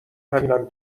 همینم